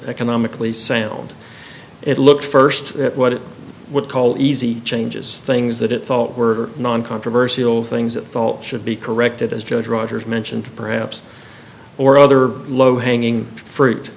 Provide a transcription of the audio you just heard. economically sound it looked first at what it would call easy changes things that it felt were non controversial things that felt should be corrected as judge rogers mentioned perhaps or other low hanging fruit